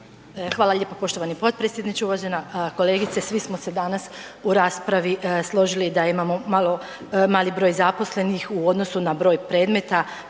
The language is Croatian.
Hvala lijepa poštovani potpredsjedniče. Uvažena kolegice svi smo se danas u raspravi složili da imamo malo mali broj zaposlenih u odnosu na broj predmeta